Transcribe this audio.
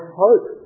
hope